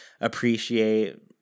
appreciate